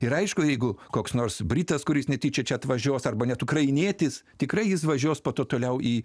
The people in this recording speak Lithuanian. ir aišku jeigu koks nors britas kuris netyčia čia atvažiuos arba net ukrainietis tikrai jis važiuos po to toliau į